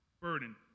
burden